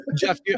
Jeff